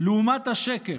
לעומת השקר,